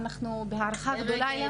אנחנו בהערכה גדולה אליה.